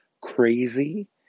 crazy